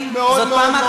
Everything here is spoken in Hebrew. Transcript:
לוי,